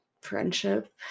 friendship